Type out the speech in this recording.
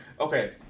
Okay